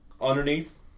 underneath